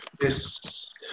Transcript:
Yes